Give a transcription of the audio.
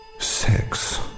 Sex